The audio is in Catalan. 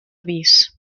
vis